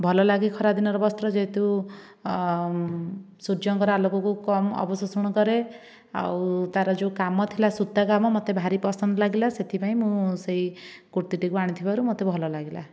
ଭଲ ଲାଗେ ଖରାଦିନ ର ବସ୍ତ୍ର ଯେହେତୁ ସୂର୍ଯ୍ୟଙ୍କର ଆଲୋକ କୁ କମ ଅବଶୋଷଣ କରେ ଆଉ ତାର ଯେଉଁ କାମ ଥିଲା ସୁତା କାମ ମୋତେ ଭାରି ପସନ୍ଦ ଲାଗିଲା ସେଥିପାଇଁ ମୁଁ ସେଇ କୁର୍ତିଟିକୁ ଆଣିଥିବାରୁ ମୋତେ ଭଲ ଲାଗିଲା